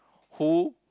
who